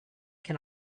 can